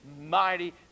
mighty